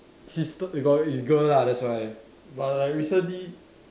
she's the they got is girl lah that's why but like recently